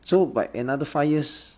so by another five years